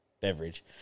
Beverage